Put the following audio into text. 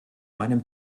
meinem